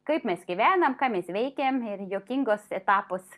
kaip mes gyvenam ką mes veikiam ir juokingus etapus